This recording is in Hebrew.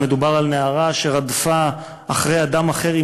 מדובר על נערה שרדפה אחרי אדם אחר עם